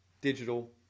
digital